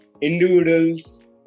individuals